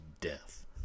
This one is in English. death